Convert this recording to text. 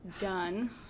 done